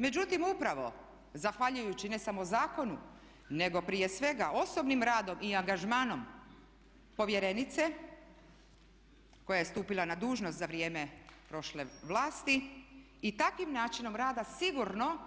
Međutim upravo zahvaljujući ne samo zakonu nego prije svega osobnim radom i angažmanom povjerenice koja je stupila na dužnost za vrijeme prošle vlasti i takvim načinom rada sigurno